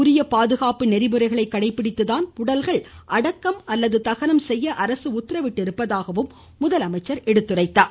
உரிய பாதுகாப்பு நெறிமுறைகளை கடைபிடித்துதான் உடல்கள் அடக்கம் அல்லது தகனம் செய்ய அரசு உத்தரவிட்டுள்ளதாக முதலமைச்சர் எடுத்துரைத்தார்